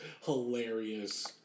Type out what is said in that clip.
hilarious